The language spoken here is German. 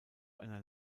einer